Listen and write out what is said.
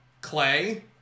clay